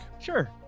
sure